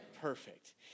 Perfect